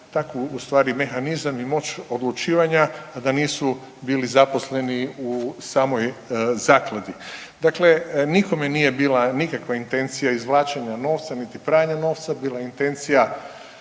takvu u stvari mehanizam i moć odlučivanja, a da nisu bili zaposleni u samoj zakladi. Dakle, nikome nije bila nikakva intencija izvlačenja novca, niti pranja novca bila je intencija